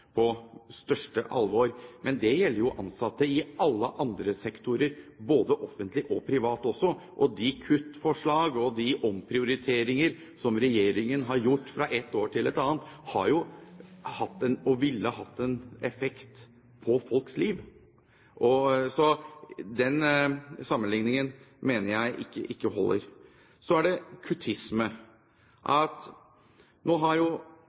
på største alvor, men dette gjelder jo også ansatte i alle andre sektorer, både offentlige og private. De kuttforslag og de omprioriteringer som regjeringen har iverksatt fra et år til et annet, har jo hatt og vil ha en effekt på folks liv. Så den sammenligningen mener jeg ikke holder. Så til kuttisme. Regjeringen har